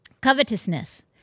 Covetousness